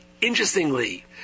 interestingly